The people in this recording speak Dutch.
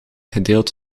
gedeeld